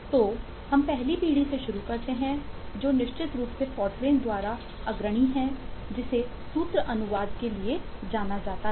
तो हम पहली पीढ़ी से शुरू करते हैं जो निश्चित रूप से फोरट्रान द्वारा अग्रणी है जिसे सूत्र अनुवाद के लिए जाना जाता है